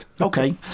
Okay